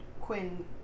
Quinn